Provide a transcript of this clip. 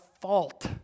fault